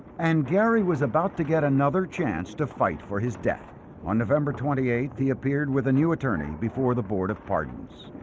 and gary was about to get another chance to fight for his death on november twenty eighth he appeared with a new attorney before the board of pardons